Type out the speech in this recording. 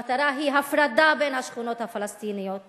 המטרה היא הפרדה בין השכונות הפלסטיניות